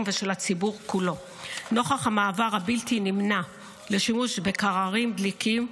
ושל הציבור כולו נוכח המעבר הבלתי-נמנע לשימוש בקדרים דליקים.